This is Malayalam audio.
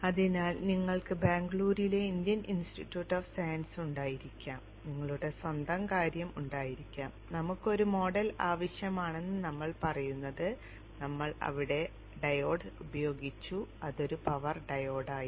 അതിനാൽ നിങ്ങൾക്ക് ബാംഗ്ലൂരിലെ ഇന്ത്യൻ ഇൻസ്റ്റിറ്റ്യൂട്ട് ഓഫ് സയൻസ് ഉണ്ടായിരിക്കാം നിങ്ങളുടെ സ്വന്തം കാര്യം ഉണ്ടായിരിക്കാം നമ്മൾക്ക് ഒരു മോഡൽ ആവശ്യമാണെന്ന് നമ്മൾ പറയുന്നത് നമ്മൾ അവിടെ ഡയോഡ് ഉപയോഗിച്ചു അതൊരു പവർ ഡയോഡായിരുന്നു